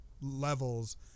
levels